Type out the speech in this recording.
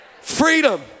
freedom